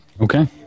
okay